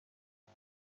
این